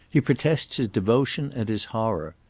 he protests his devotion and his horror.